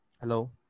Hello